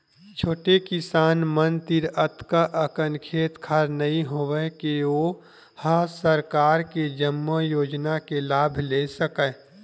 छोटे किसान मन तीर अतका अकन खेत खार नइ होवय के ओ ह सरकार के जम्मो योजना के लाभ ले सकय